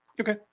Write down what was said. Okay